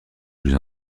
plus